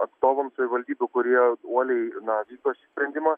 atstovams savivaldybių kurie uoliai na vykdo šį sprendimą